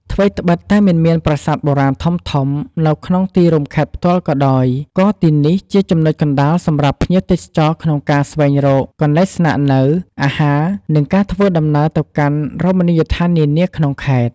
ថ្វីត្បិតតែមិនមានប្រាសាទបុរាណធំៗនៅក្នុងទីរួមខេត្តផ្ទាល់ក៏ដោយ ក៏ទីនេះជាចំណុចកណ្ដាលសម្រាប់ភ្ញៀវទេសចរក្នុងការស្វែងរកកន្លែងស្នាក់នៅ អាហារ និងការធ្វើដំណើរទៅកាន់រមណីយដ្ឋាននានាក្នុងខេត្ត។